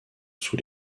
sous